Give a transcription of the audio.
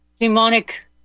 demonic